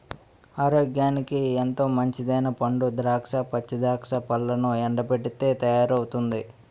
ఆరోగ్యానికి ఎంతో మంచిదైనా ఎండు ద్రాక్ష, పచ్చి ద్రాక్ష పళ్లను ఎండబెట్టితే తయారవుతుంది